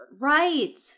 right